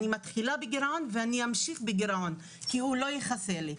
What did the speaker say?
אני מתחילה בגירעון ואני אמשיך בגירעון כי הוא לא יכסה לי.